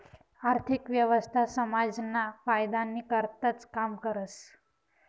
आर्थिक व्यवस्था समाजना फायदानी करताच काम करस